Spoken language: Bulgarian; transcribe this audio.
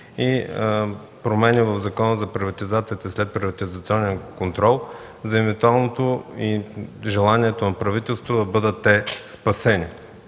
и промени в Закона за приватизация и следприватизационен контрол, за желанието на правителството да бъдат спасени.